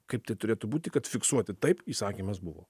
kaip tai turėtų būti kad fiksuoti taip įsakymas buvo